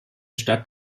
stadt